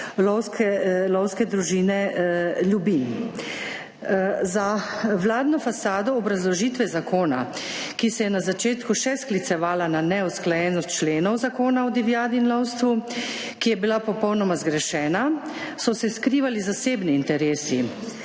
lovske družine Ljubin. Za vladno fasado obrazložitve zakona, ki se je na začetku še sklicevala na neusklajenost členov Zakona o divjadi in lovstvu, ki je bila popolnoma zgrešena so se skrivali zasebni interesi.